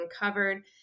uncovered